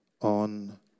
on